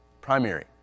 primary